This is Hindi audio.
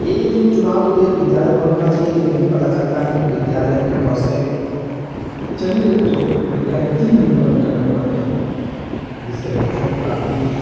एक दिन चुनाव के लिए विद्यालय बंद होना चाहिए लेकिन पता चलता है कि विद्यालय की बसें चली गई तो विद्यालय तीन दिन बंद करने पड़ते हैं जिससे बच्चों को काफ़ी